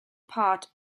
part